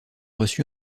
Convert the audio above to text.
reçu